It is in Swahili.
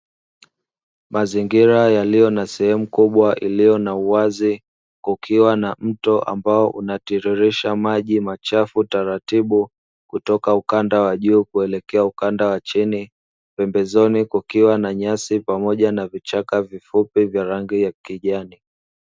Mazingira yaliyo na sehemu kubwa iliyo na uwazi, kukiwa na mto ambao unaotiririsha maji machafu taratibu, kutoka ukanda wa juu kuelekea ukanda wa chini, pembezoni kukiwa na nyasi pamoja na vichaka vifupi vya rangi ya kijani.